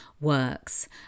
works